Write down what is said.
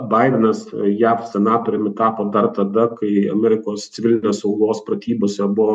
baidenas jav senatoriumi tapo dar tada kai amerikos civilinės saugos pratybose buvo